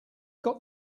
got